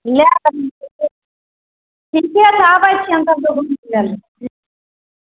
ठीके हइ आबै छियनि तब दूध